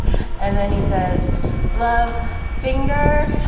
and then he says love finger,